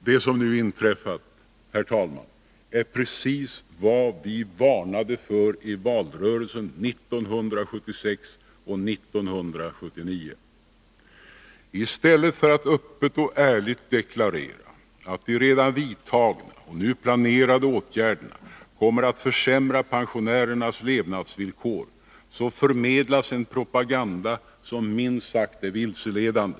Det som nu inträffat, herr talman, är precis vad vi varnade för i valrörelserna 1976 och 1979. I stället för att öppet och ärligt deklarera, att de redan vidtagna och nu planerade åtgärderna kommer att försämra pensionärernas levnadsvillkor, så förmedlas en propaganda som minst sagt är vilseledande.